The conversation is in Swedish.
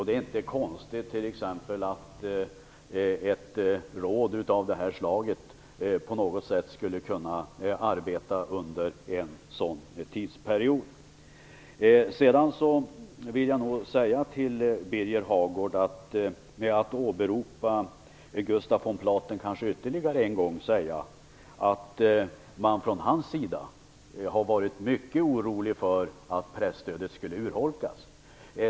Det är inte konstigt att ett råd av detta slag arbetar under en sådan tidsperiod. Jag vill åberopa Gustaf von Platen ytterligare en gång och säga att han har varit mycket orolig för att presstödet skulle urholkas.